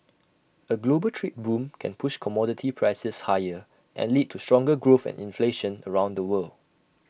A global trade boom can push commodity prices higher and lead to stronger growth and inflation around the world